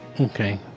Okay